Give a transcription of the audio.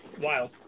wild